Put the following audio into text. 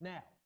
Now